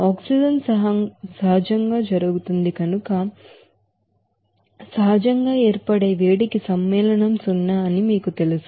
oxygen సహజంగా జరుగుతుంది కనుక సహజంగా ఏర్పడే వేడికి సమ్మేళనం సున్నా అని మీకు తెలుసు